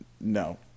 No